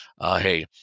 hey